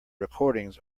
recordings